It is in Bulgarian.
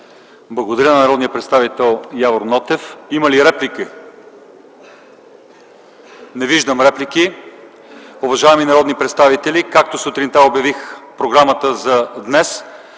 Благодаря на народния представител Явор Нотев. Има ли желаещи за реплики? Не виждам. Уважаеми народни представители, както сутринта обявих в програмата за днес,